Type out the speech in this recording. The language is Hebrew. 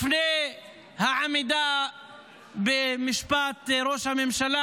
לפני העמידה במשפט ראש הממשלה,